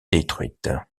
détruite